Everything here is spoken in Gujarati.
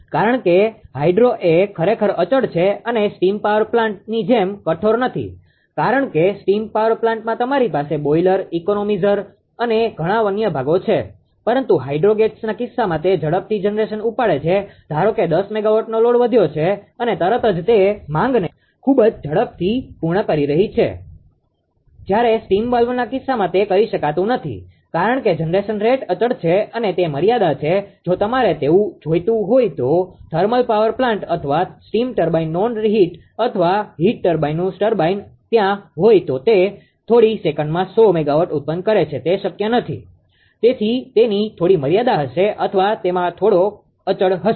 કારણ કે હાઇડ્રો એ ખરેખર અચળ છે અને તે સ્ટીમ પાવર પ્લાન્ટની જેમ કઠોર નથી કારણ કે સ્ટીમ પાવર પ્લાન્ટમાં તમારી પાસે બોઈલર ઇકોનોમિઝર અને ઘણાં અન્ય ભાગો છે પરંતુ હાઇડ્રો ગેટ્સના કિસ્સામાં તે ઝડપથી જનરેશન ઉપાડે છે ધારો કે 10 મેગાવોટનો લોડ વધ્યો છે અને તરત જ તે માંગને ખૂબ જ ઝડપથી પૂર્ણ કરી શકે છે જ્યારે સ્ટીમ વાલ્વના કિસ્સામાં તે કરી શકતું નથી કારણ કે જનરેશન રેટ અચળ છે અને તે મર્યાદા છે જો તમારે તેવું જોઈતું હોઈ તો થર્મલ પાવર પ્લાન્ટ અથવા સ્ટીમ ટર્બાઇન નોન રીહિટ અથવા હીટ પ્રકારનુ ટર્બાઇન ત્યાં હોઈ તો તે થોડી સેકંડમાં 100 મેગાવોટ ઉત્પન્ન કરે છે તે શક્ય નથી તેની થોડી મર્યાદા હશે અથવા તેમાં થોડા અચળ હશે